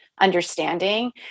understanding